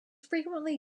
frequently